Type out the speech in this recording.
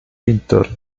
pintor